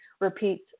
repeats